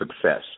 success